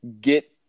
get